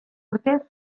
urte